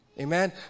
Amen